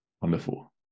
wonderful